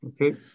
Okay